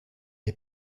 est